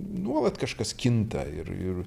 nuolat kažkas kinta ir ir